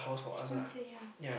sponsored ya